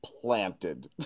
planted